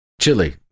Chile